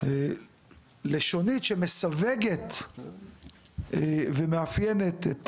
לשונית שמסווגת ומאפיינת את